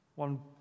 One